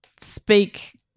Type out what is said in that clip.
speak